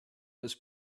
was